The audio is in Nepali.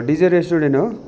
डिजे रेस्टुरेन्ट हो